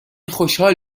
خوشحال